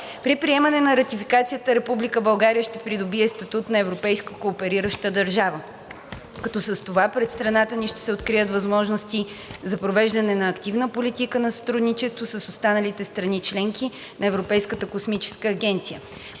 При приемане на ратификацията Република България ще придобие статут на „европейска кооперираща държава“, като с това пред страната ни ще се открият възможности за провеждане на активна политика на сътрудничество с останалите страни – членки на Европейската космическа агенция,